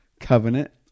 covenant